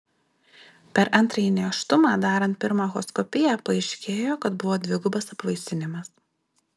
per antrąjį nėštumą darant pirmą echoskopiją paaiškėjo kad buvo dvigubas apvaisinimas